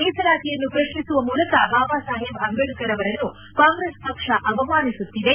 ಮೀಸಲಾತಿಯನ್ನು ಪ್ರಶ್ನಿಸುವ ಮೂಲಕ ಬಾಬಾ ಸಾಹೇಬ್ ಅಂಬೇಡ್ತರ್ ಅವರನ್ನು ಕಾಂಗ್ರೆಸ್ ಪಕ್ಷ ಅವಮಾನಿಸುತ್ತಿದೆ